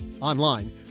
Online